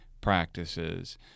practices